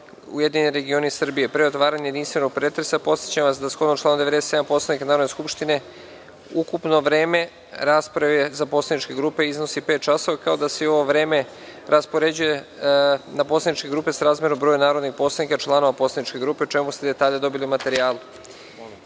grupa Nova Srbija. Pre otvaranja jedinstvenog pretresa, podsećam vas da, shodno članu 97. Poslovnika Narodne skupštine, ukupno vreme rasprave za poslaničke grupe iznosi pet časova, kao i da se ovo vreme raspoređuje na poslaničke grupe srazmerno broju narodnih poslanika članova poslaničke grupe, o čemu ste detalje dobili u materijalu. Molim